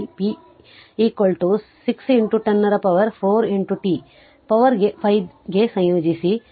5 pdt p 6 10 ರ ಪವರ್4 t power 5 ಗೆ ಸಂಯೋಜಿಸಿ